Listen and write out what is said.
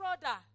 brother